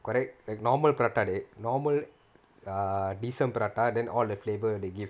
correct the normal prata the normal err decent prata then all the flavour they give